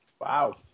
Wow